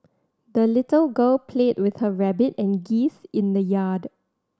the little girl played with her rabbit and geese in the yard